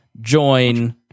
join